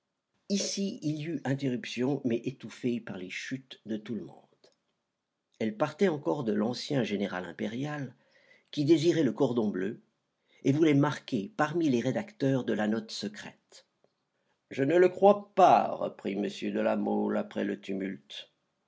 ici il y eut interruption mais étouffée par les chut de tout le monde elle partait encore de l'ancien général impérial qui désirait le cordon bleu et voulait marquer parmi les rédacteurs de la note secrète je ne le crois pas reprit m de la mole après le tumulte